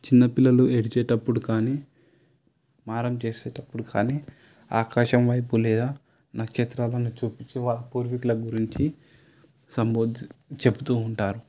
చిన్న పిల్లలు ఏడ్చేటప్పుడు కానీ మారం చేసేటప్పుడు కానీ ఆకాశం వైపు లేదా నక్షత్రాలను చూపించి వాళ్ళ పూర్వీకుల గురించి చెప్తూ ఉంటారు